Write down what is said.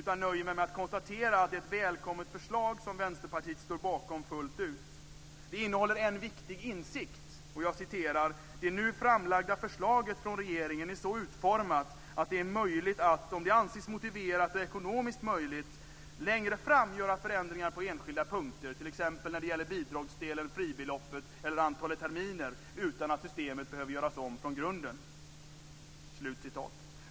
Jag nöjer mig med att konstatera att det är ett välkommet förslag som Vänsterpartiet står bakom fullt ut. Det innehåller en viktig insikt: "Det nu framlagda förslaget från regeringen är så utformat att det är möjligt att, om det anses motiverat och ekonomiskt möjligt, längre fram göra förändringar på enskilda punkter, t.ex. när det gäller bidragsdelen, fribeloppet eller antalet terminer, utan att systemet behöver göras om från grunden."